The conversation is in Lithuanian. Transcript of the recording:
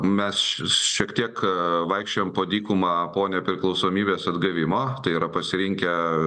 mes šiek tiek vaikščiojom po dykumą po nepriklausomybės atgavimo tai yra pasirinkę